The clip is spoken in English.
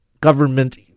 government